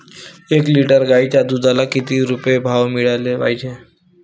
एक लिटर गाईच्या दुधाला किती रुपये भाव मिळायले पाहिजे?